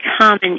common